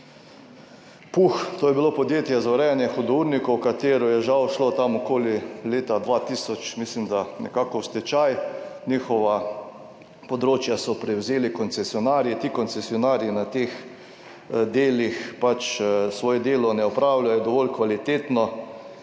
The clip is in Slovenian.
PUH, to je bilo Podjetje za urejanje hudournikov, katero je žal šlo tam okoli leta 2000, mislim da nekako v stečaj. Njihova področja so prevzeli koncesionarji. Ti koncesionarji na teh delih svoje delo ne opravljajo dovolj kvalitetno.